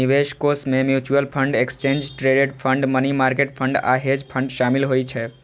निवेश कोष मे mutual fund, exchange traded fund, money market fund आ हेज फंड शामिल होइ छै